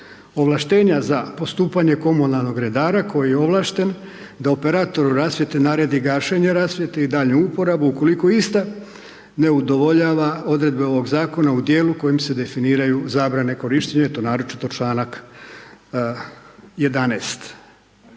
ovlaštenja za postupanje komunalnog redaka koji je ovlašten da operatoru rasvjete naredi gašenje rasvjete i daljnju uporabu ukoliko ista ne udovoljava odredbe ovog zakona u dijelu kojim se definiraju zabrane korištenja, eto naročito čl. 11.